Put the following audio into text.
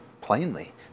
plainly